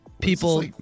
people